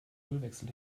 ölwechsel